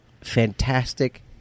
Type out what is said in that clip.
Fantastic